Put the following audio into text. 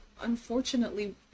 unfortunately